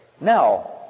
Now